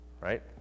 Right